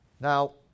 Now